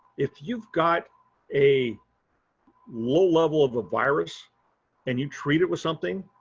if you've got a low level of a virus and you treat it with something